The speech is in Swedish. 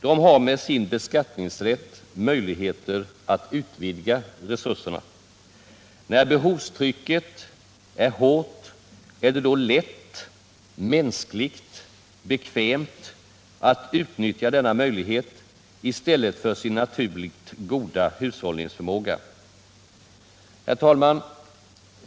De har med sin beskattningsrätt möjligheter att utvidga resurserna. När behovstrycket blir hårt är det då lätt, mänskligt och bekvämt att man utnyttjar denna möjlighet i stället för sin naturligt goda hushåll ningsförmåga. Herr talman!